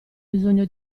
bisogno